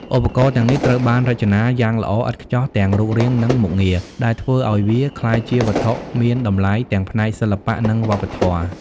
ឧបករណ៍ទាំងនេះត្រូវបានរចនាយ៉ាងល្អឥតខ្ចោះទាំងរូបរាង និងមុខងារ ដែលធ្វើឱ្យវាក្លាយជាវត្ថុមានតម្លៃទាំងផ្នែកសិល្បៈ និងវប្បធម៌។